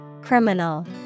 Criminal